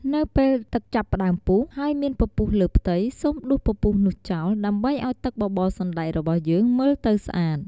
នៅពេលទឹកចាប់ផ្ដើមពុះ ហើយមានពពុះលើផ្ទៃ សូមដួសពពុះនោះចោល ដើម្បីឱ្យទឹកបបរសណ្តែករបស់យើងមើលទៅស្អាត។